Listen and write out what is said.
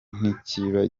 ntikiba